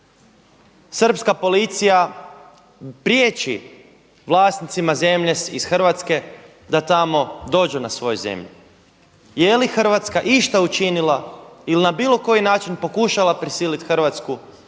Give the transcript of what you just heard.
Srpska policija priječi vlasnicima zemlje iz Hrvatske da tamo dođu na svoju zemlju. Je li Hrvatska išta učinila ili na bilo koji način pokušala prisiliti Srbiju